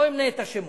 לא אמנה את השמות.